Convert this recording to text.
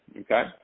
Okay